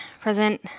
present